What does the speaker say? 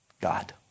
God